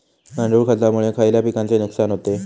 गांडूळ खतामुळे खयल्या पिकांचे नुकसान होते?